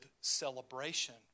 celebration